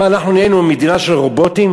מה, אנחנו נהיינו מדינה של רובוטים?